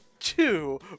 Two